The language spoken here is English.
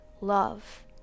Love